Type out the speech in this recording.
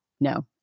no